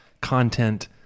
content